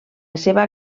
seva